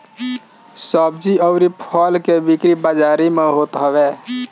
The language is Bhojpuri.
सब्जी अउरी फल के बिक्री बाजारी में होत हवे